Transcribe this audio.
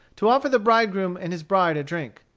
to offer the bridegroom and his bride a drink.